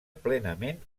plenament